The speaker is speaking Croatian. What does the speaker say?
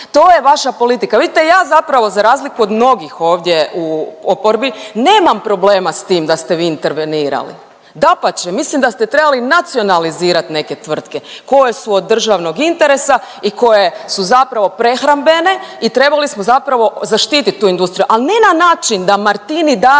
To je vaša politika. Vidite ja zapravo za razliku od mnogih ovdje u oporbi nemam problema s tim da ste vi intervenirali. Dapače, mislim da ste trebali nacionalizirat neke tvrtke koje su od državnog interesa i koje su zapravo prehrambene i trebali smo zapravo zaštitit tu industriju. Ali ne na način da Martini